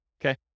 Okay